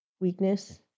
weakness